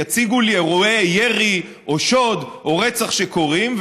יציגו לי אירועי ירי או שוד או רצח שקורים,